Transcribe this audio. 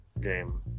game